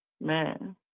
man